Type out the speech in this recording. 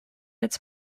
its